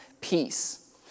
peace